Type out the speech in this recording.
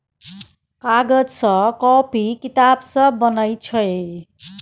कागज सँ कांपी किताब सब बनै छै